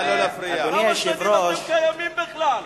כמה שנים אתם קיימים בכלל?